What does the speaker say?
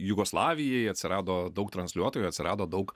jugoslavijai atsirado daug transliuotojų atsirado daug